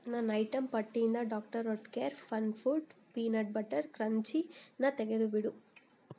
ನನ್ನ ಐಟಂ ಪಟ್ಟಿಯಿಂದ doctor Oetker FunFoods peanut butter ಕ್ರಂಚಿನ ತೆಗೆದುಬಿಡು